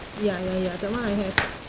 ya ya ya that one I have